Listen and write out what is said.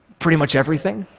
pretty much everything.